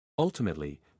Ultimately